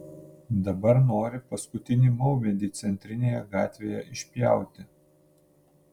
dabar nori paskutinį maumedį centrinėje gatvėje išpjauti